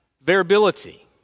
variability